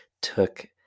took